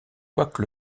quoique